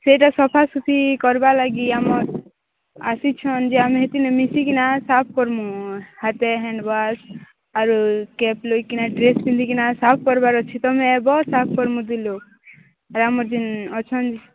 ସେଇଟା ସଫା ସଫି କରିବା ଲାଗି ଆମର୍ ଆସିଛନ୍ ଯେ ଆମେ ଏଥରେ ମିଶି କିନା ସାଫ୍ କର୍ମୁଁ ହାତେ ହ୍ୟାଣ୍ଡ ୱାସ୍ ଆରୁ କ୍ୟାପ୍ ଲଗାଇ କିନା ଡ୍ରେସ୍ ପିନ୍ଧି କିନା ସାଫ୍ କରିବାର ଅଛି ତମେ ଏବ ସାଫ୍ କରି ବୁଝିଲୁ ଆର୍ ଆମର ଯିନ୍ ଅଛନ୍